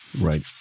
Right